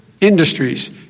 industries